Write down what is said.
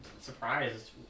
surprised